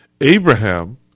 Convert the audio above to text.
Abraham